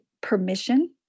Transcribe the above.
permission